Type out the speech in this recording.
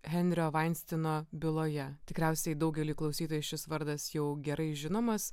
henrio vainstino byloje tikriausiai daugeliui klausytojų šis vardas jau gerai žinomas